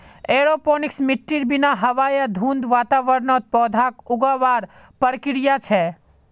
aeroponics मिट्टीर बिना हवा या धुंध वातावरणत पौधाक उगावार प्रक्रिया छे